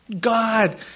God